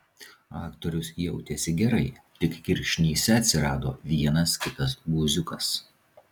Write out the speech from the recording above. aktorius jautėsi gerai tik kirkšnyse atsirado vienas kitas guziukas